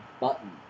button